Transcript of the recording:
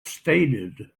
stated